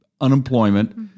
unemployment